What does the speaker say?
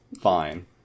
Fine